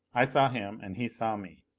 i saw him and he saw me.